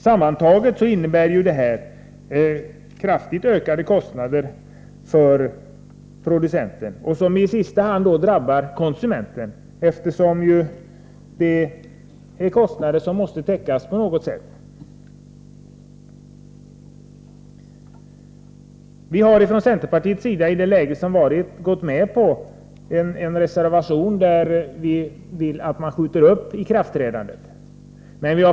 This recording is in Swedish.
Sammantaget innebär detta kraftigt ökade kostnader för producenten. Dessa drabbar i sista hand konsumenten, eftersom kostnaderna måste täckas på något sätt. I det läge som förevarit har vi från centerpartiets sida gått med på en reservation med krav på att man skall skjuta upp ikraftträdandet.